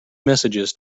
messages